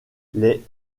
les